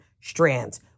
strands